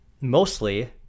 mostly